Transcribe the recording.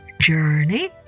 Journey